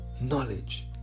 knowledge